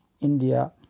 India